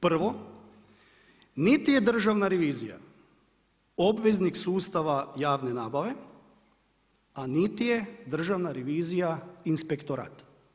Prvo, niti je Državna revizija, obveznik sustava javne nabave, a niti je Držana revizija inspektorat.